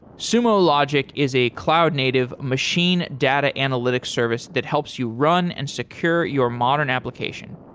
sumo logic is a cloud native machine data analytics service that helps you run and secure your modern application.